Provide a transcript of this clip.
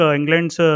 England's